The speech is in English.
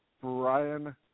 Brian